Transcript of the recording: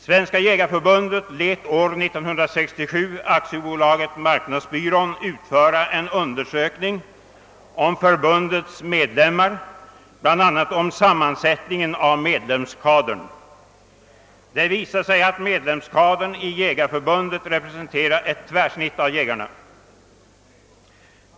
Svenska jägareförbundet lät år 1967 AB Marknadsbyrån utföra en undersökning om förbundets medlemmar och medlemskaderns sammansättning. Det visade sig då att medlemmarna i Svenska jägareförbundet representerar ett tvärsnitt av samtliga jägare i landet.